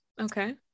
Okay